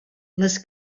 les